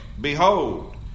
behold